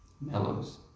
mellows